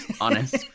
honest